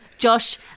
Josh